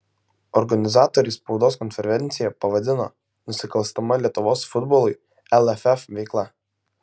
organizatoriai spaudos konferenciją pavadino nusikalstama lietuvos futbolui lff veikla